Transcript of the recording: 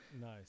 Nice